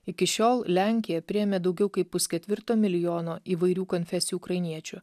iki šiol lenkija priėmė daugiau kaip pusketvirto milijono įvairių konfesijų ukrainiečių